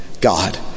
God